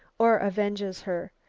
or avenges her.